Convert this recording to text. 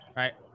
right